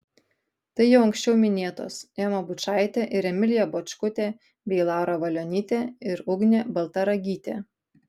tai jau anksčiau minėtos ema bučaitė ir emilija bočkutė bei laura valionytė ir ugnė baltaragytė